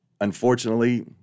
Unfortunately